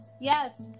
yes